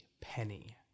penny